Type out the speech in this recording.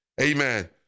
Amen